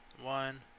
one